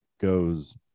goes